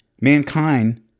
mankind